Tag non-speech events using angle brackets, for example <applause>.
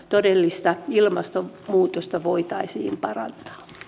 <unintelligible> todellista ilmastonmuutosta voitaisiin parantaa